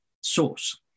source